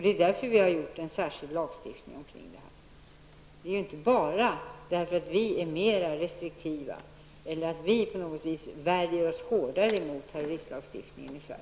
Det är därför som det finns en särskild lagstiftning, och inte för att vi är mer restriktiva än vad man är i andra länder eller att vi i Sverige värjer oss hårdare mot terrorister.